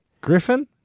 Griffin